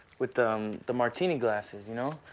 with the um the martini glasses, you know?